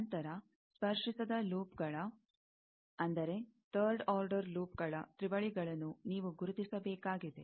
ನಂತರ ಸ್ಪರ್ಶಿಸದ ಲೂಪ್ಗಳ ಅಂದರೆ ಥರ್ಡ್ ಆರ್ಡರ್ ಲೂಪ್ಗಳ ತ್ರಿವಳಿಗಳನ್ನು ನೀವು ಗುರುತಿಸಬೇಕಾಗಿದೆ